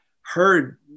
heard